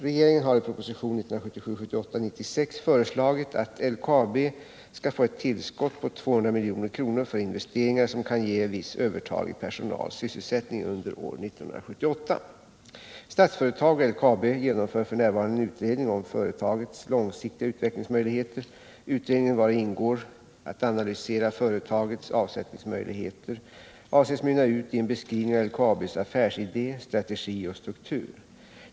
Regeringen har i propositionen 1977/78:96 föreslagit att LKAB skall få ett tillskott på 200 milj.kr. för investeringar som kan ge viss övertalig personal sysselsättning under år 1978. Statsföretag och LKAB genomför f.n. en utredning om företagets långsiktiga utvecklingsmöjligheter. Utredningen, i vars uppdrag ingår att analysera företagets avsättningsmöjligheter, avses mynna ut i en beskrivning av LKAB:s affärsidé, strategi och struktur.